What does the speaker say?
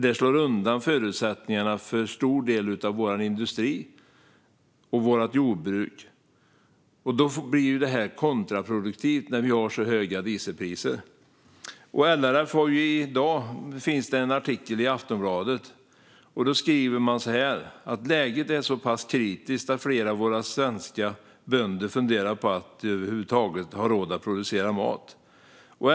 Det slår undan förutsättningarna för en stor del av vår industri och vårt jordbruk, och det blir kontraproduktivt när vi har så höga dieselpriser. Aftonbladet har i dag en artikel. Där skriver LRF: "Läget är så pass kritiskt att allt fler svenska bönder?funderar på om de över huvud taget har?råd att producera mat.